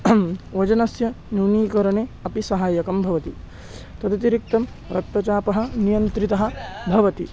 वजनस्य न्यूनीकरणे अपि सहायकं भवति तदतिरिक्तं रक्तचापः नियन्त्रितः भवति